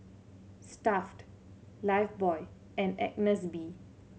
Stuff'd Lifebuoy and Agnes B